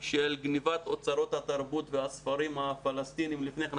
של גניבת אוצרות התרבות והספרים הפלסטינים לפני כן.